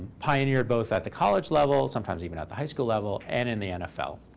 pioneered both at the college level, sometimes even at the high school level, and in the nfl.